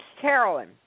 Carolyn